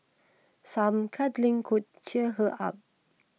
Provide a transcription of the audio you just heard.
some cuddling could cheer her up